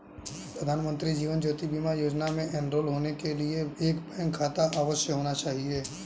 प्रधानमंत्री जीवन ज्योति बीमा योजना में एनरोल होने के लिए एक बैंक खाता अवश्य होना चाहिए